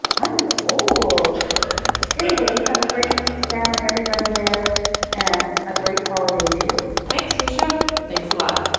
i'm old anyway, you have a great week, sam, and everybody there and a great holiday, too thanks for the show thanks a lot.